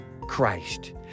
Christ